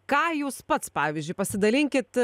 ką jūs pats pavyzdžiui pasidalinkit